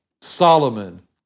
Solomon